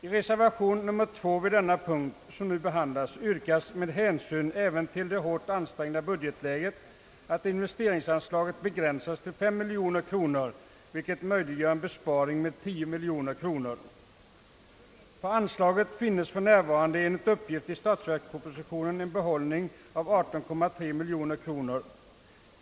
I reservationen vid denna punkt yrkas — med hänsyn även till det hårt ansträngda budgetläget — att investeringsanslaget begränsas till 5 miljoner kronor, vilket ger en besparing med 10 miljoner kronor. Under anslaget finns för närvarande enligt uppgift i statsverkspropositionen en behållning av 18,3 miljoner kronor.